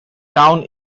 town